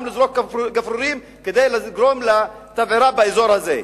לזרוק גפרורים כדי לגרום לתבערה באזור הזה.